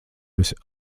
esi